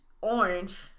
orange